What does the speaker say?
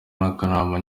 n’akanama